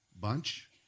bunch